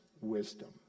wisdom